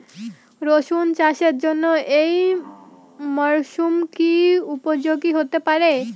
রসুন চাষের জন্য এই মরসুম কি উপযোগী হতে পারে?